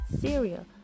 Syria